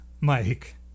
Mike